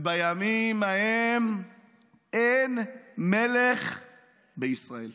ובימים ההם אין מלך בישראל.